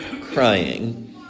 crying